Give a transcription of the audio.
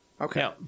Okay